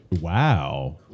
Wow